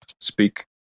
speak